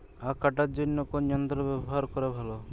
আঁখ কাটার জন্য কোন যন্ত্র ব্যাবহার করা ভালো?